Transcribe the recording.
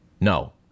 No